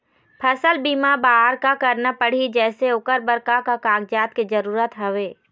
फसल बीमा बार का करना पड़ही जैसे ओकर बर का का कागजात के जरूरत हवे?